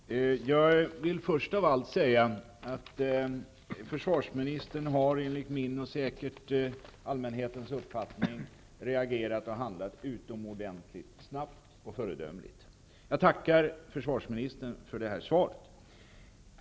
Fru talman! Jag vill först av allt säga att försvarsministern enligt min och säkert också enligt allmänhetens uppfattning har reagerat och handlat utomordentligt snabbt och föredömligt. Jag tackar också försvarsministern för svaret.